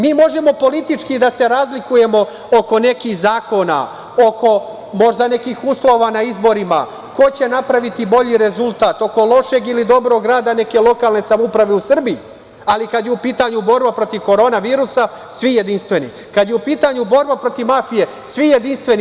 Mi možemo politički da se razlikujemo oko nekih zakona, oko možda nekih uslova na izborima, ko će napraviti bolji rezultat, oko lošeg ili dobrog rada neke lokalne samouprave u Srbiji, ali kada je u pitanju borba protiv korona virusa, svi jedinstveni, kada je u pitanju borba protiv mafije, svi jedinstveni.